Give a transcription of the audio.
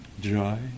joy